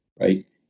right